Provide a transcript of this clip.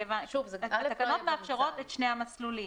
התקנות מאפשרות את שני המסלולים.